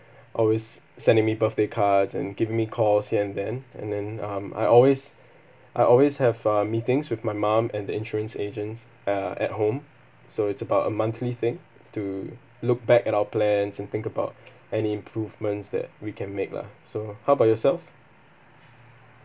always sending me birthday cards and give me course here and then and then um I always I always have uh meetings with my mom and the insurance agents uh at home so it's about a monthly thing to look back at our plans and think about any improvements that we can make lah so how about yourself